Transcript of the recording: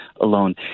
alone